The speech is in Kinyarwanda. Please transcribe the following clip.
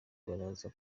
baraza